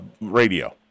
radio